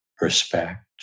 respect